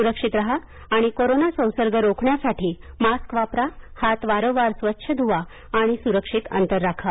सुरक्षित राहा आणि कोरोना संसर्ग रोखण्यासाठी मास्क वापरा हात वारंवार स्वच्छ धुवा आणि सुरक्षित अंतर राखा